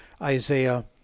Isaiah